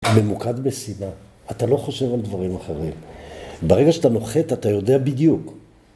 ממוקד בשנאה, אתה לא חושב על דברים אחרים, ברגע שאתה נוחת אתה יודע בדיוק